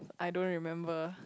I don't remember